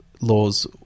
laws